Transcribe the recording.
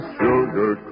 sugar